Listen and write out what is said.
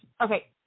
Okay